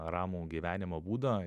ramų gyvenimo būdą